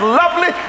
lovely